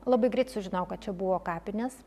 labai greit sužinojau kad čia buvo kapinės